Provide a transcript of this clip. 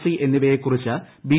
C എന്നിവയെക്കുറിച്ച് B